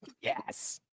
yes